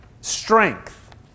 strength